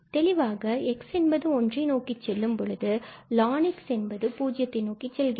தெளிவாக x என்பது ஒன்றை நோக்கி செல்லும் பொழுது lnx என்பது பூஜ்ஜியத்தை நோக்கி செல்கிறது